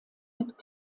mit